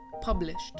published